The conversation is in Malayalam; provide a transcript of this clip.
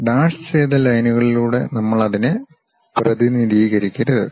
ഡാഷ് ചെയ്ത ലൈൻകളിലൂടെ നമ്മൾ അതിനെ പ്രതിനിധീകരിക്കരുത്